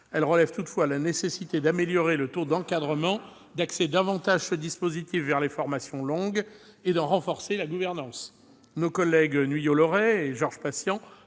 Elle relève toutefois la nécessité d'améliorer le taux d'encadrement, d'axer davantage ce dispositif sur les formations longues et d'en renforcer la gouvernance. Nos collègues Nuihau Laurey et Georges Patient